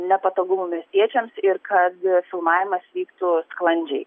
nepatogumų miestiečiams ir kad filmavimas vyktų sklandžiai